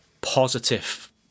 positive